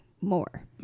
more